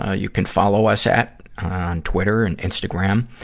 ah you can follow us at on twitter and instagram.